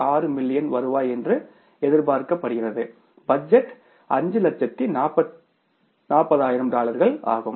6 million வருவாய் என்று எதிர்பார்க்கப்படுகிறது பட்ஜெட் 540000 டாலர்கள் ஆகும்